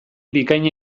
bikaina